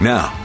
Now